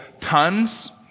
tons